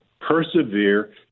Persevere